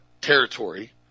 territory